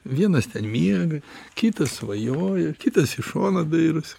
vienas ten miega kitas svajoja kitas į šoną dairosi